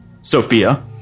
Sophia